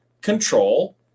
control